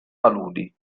paludi